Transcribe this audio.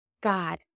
God